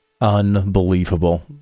Unbelievable